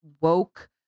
woke